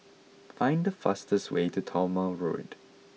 find the fastest way to Talma Road